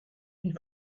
une